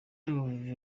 n’ubuvivi